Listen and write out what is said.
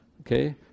okay